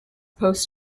post